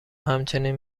همچنین